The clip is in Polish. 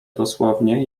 dosłownie